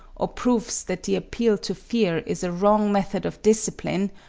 or proofs that the appeal to fear is a wrong method of discipline,